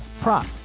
prop